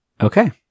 Okay